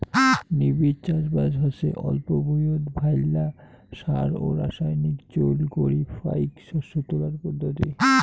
নিবিড় চাষবাস হসে অল্প ভুঁইয়ত ভাইল্লা সার ও রাসায়নিক চইল করি ফাইক শস্য তোলার পদ্ধতি